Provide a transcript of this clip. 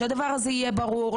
שזה יהיה ברור.